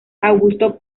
augusto